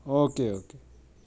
okay okay